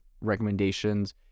recommendations